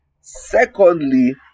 Secondly